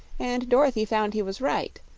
and dorothy found he was right.